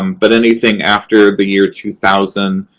um but anything after the year two thousand,